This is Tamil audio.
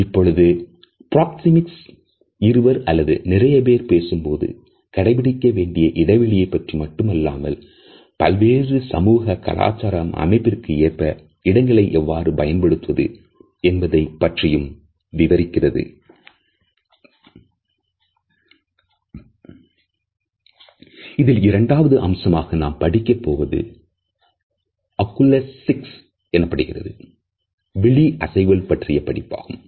இப்பொழுது பிராக்ஸி மிக்ஸ் இருவர் அல்லது நிறைய பேர் பேசும்போது கடைபிடிக்க வேண்டிய இடைவெளியை பற்றி மட்டுமல்லாமல் பல்வேறு சமூக கலாச்சார அமைப்பிற்கு ஏற்ப இடங்களை எவ்வாறு பயன்படுத்துவது என்பதை இதில் இரண்டாவது அம்சமாக நாம் படிக்கப் போவது அகூலேசிக்ஸ் எனப்படும் விழி அசைவுகள் பற்றிய படிப்பாகும்